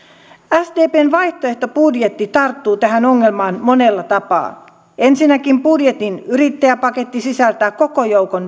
sdpn vaihtoehtobudjetti tarttuu tähän ongelmaan monella tapaa ensinnäkin budjetin yrittäjäpaketti sisältää koko joukon